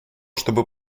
чтобы